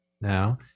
now